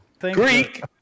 Greek